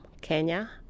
kenya